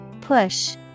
Push